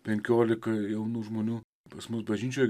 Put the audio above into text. penkiolika jaunų žmonių pas mus bažnyčioj